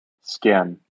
Skin